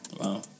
Wow